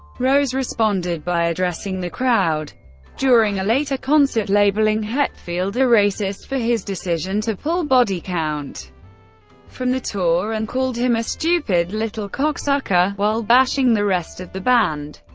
rose responded by addressing the crowd during a later concert, labeling hetfield a racist for his decision to pull body count from the tour, and called him a stupid little cocksucker while bashing the rest of the band.